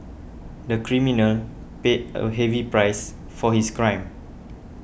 the criminal paid a heavy price for his crime